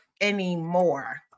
anymore